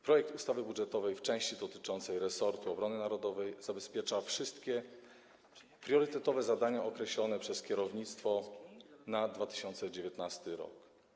Projekt ustawy budżetowej w części dotyczącej resortu obrony narodowej zabezpiecza wszystkie priorytetowe zadania określone przez kierownictwo na 2019 r.